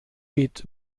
geht